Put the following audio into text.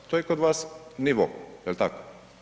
To je kod vas nivo, je li tako?